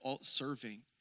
serving